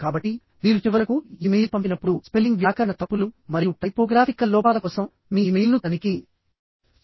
కాబట్టి మీరు చివరకు ఇమెయిల్ పంపినప్పుడు స్పెల్లింగ్ వ్యాకరణ తప్పులు మరియు టైపోగ్రాఫికల్ లోపాల కోసం మీ ఇమెయిల్ను తనిఖీ చేయండి